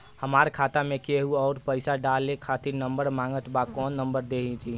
हमार खाता मे केहु आउर पैसा डाले खातिर नंबर मांगत् बा कौन नंबर दे दिही?